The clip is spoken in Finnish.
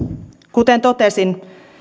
kuten totesin